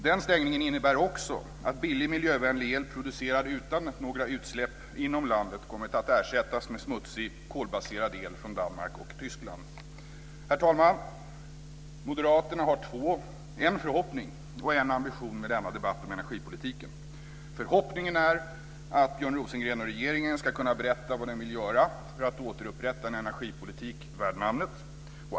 Den stängningen innebär också att billig miljövänlig el, producerad utan några utsläpp inom landet, kommit att ersättas med smutsig kolbaserad el från Danmark och Tyskland. Herr talman! Moderaterna har en förhoppning och en ambition med denna debatt om energipolitiken. Förhoppningen är att Björn Rosengren och regeringen ska kunna berätta vad man vill göra för att återupprätta en enerigpolitik värd namnet.